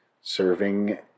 Serving